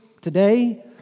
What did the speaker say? today